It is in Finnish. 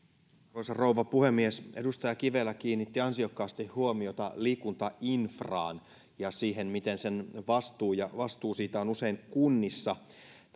arvoisa rouva puhemies edustaja kivelä kiinnitti ansiokkaasti huomiota liikuntainfraan ja siihen miten vastuu siitä on usein kunnissa